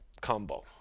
combo